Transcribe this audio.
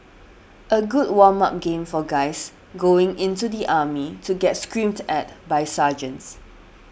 a good warm up game for guys going into the army to get screamed at by sergeants